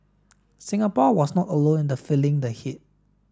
Singapore was not alone in feeling the heat